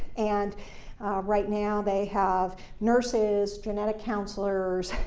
and right now they have nurses, genetic counselors,